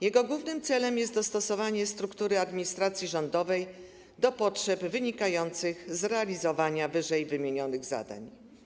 Jego głównym celem jest dostosowanie struktury administracji rządowej do potrzeb wynikających z realizowania ww. zadań.